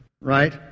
Right